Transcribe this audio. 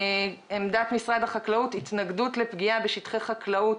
"עמדת משרד החקלאות: התנגדות לפגיעה בשטחי חקלאות,